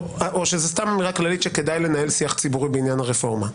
או שזה סתם הערה כללית שכדאי לנהל שיח ציבורי בעניין הרפורמה?